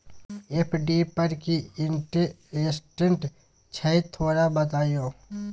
FD पर की interest छय थोरा बतईयो?